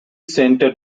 centred